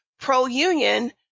pro-union